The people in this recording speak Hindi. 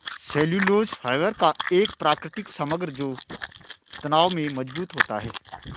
सेल्यूलोज फाइबर का एक प्राकृतिक समग्र जो तनाव में मजबूत होता है